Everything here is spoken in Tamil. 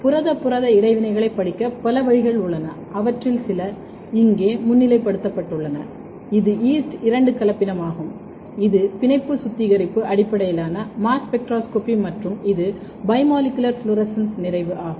புரத புரத இடைவினைகளைப் படிக்க பல வழிகள் உள்ளன அவற்றில் சில இங்கே முன்னிலைப் படுத்தப்பட்டுள்ளன இது ஈஸ்ட் இரண்டு கலப்பினமாகும் இது பிணைப்பு சுத்திகரிப்பு அடிப்படையிலான மாஸ் ஸ்பெக்ட்ரோஸ்கோபி மற்றும் இது பைமோலிகுலர் ஃப்ளோரசன்ஸ் நிறைவு ஆகும்